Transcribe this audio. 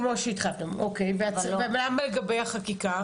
כמו שהתחייבתם, אוקי ומה לגבי החקיקה?